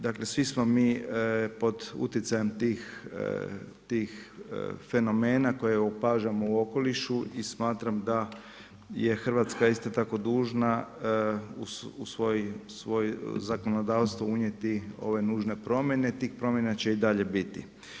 Dakle svi smo pod utjecajem tih fenomena koje opažamo u okolišu i smatram da je Hrvatska isto tako dužna u svoj zakonodavstvo unijeti ove nužne promjene, tih promjena će i dalje biti.